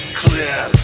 clear